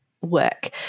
work